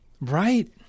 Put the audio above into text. right